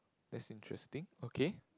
that's interesting okay